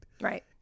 right